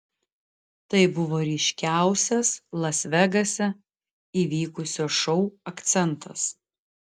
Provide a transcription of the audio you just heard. tai buvo ryškiausias las vegase įvykusio šou akcentas